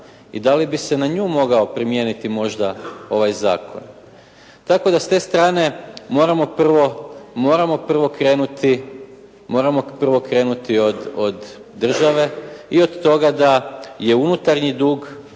i da li bi se na nju mogao primijeniti možda ovaj zakon. Tako da s te strane moramo prvo krenuti od države i od toga da je unutarnji dug